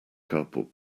cardboard